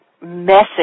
message